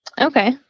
Okay